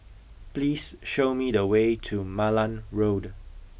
please show me the way to Malan Road